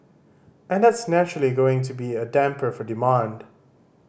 and that's naturally going to be a damper for demand